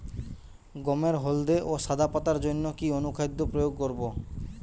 গমের হলদে ও সাদা পাতার জন্য কি অনুখাদ্য প্রয়োগ করব?